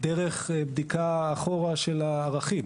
דרך בדיקה אחורה של הערכים.